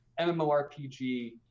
MMORPG